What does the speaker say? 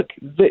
look